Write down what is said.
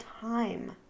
time